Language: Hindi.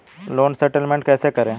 लोन सेटलमेंट कैसे करें?